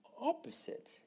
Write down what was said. opposite